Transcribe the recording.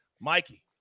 Mikey